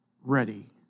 ready